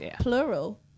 plural